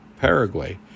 Paraguay